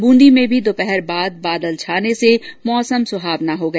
ब्रूंदी में भी दोपहर बाद बादल छाने से मौसम सुहावना हो गया